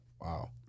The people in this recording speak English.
Wow